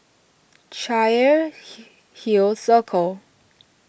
hill Circle